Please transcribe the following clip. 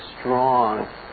strong